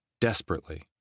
desperately